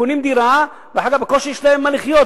קונים דירה ואחר כך בקושי יש להם ממה לחיות,